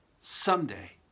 someday